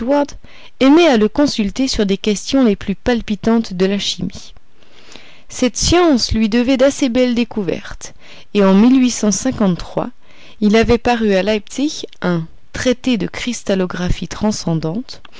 aimaient à le consulter sur des questions les plus palpitantes de la chimie cette science lui devait d'assez belles découvertes et en il avait paru à leipzig un traité de cristallographie transcendante